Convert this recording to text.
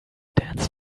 dance